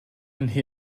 nee